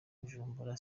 bujumbura